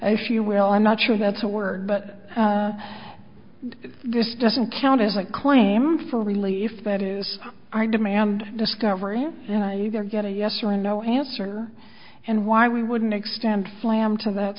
if you will i'm not sure that's a word but this doesn't count as a claim for relief that is our demand discovery and either get a yes or no answer and why we wouldn't expand flamm to that